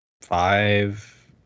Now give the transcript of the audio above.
Five